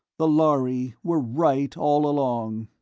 the lhari were right all long.